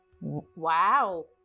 Wow